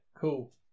cool